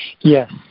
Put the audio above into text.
Yes